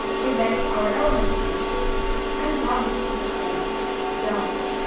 get back to our elementor page and drop this piece of code down here,